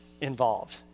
involved